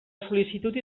sol·licitud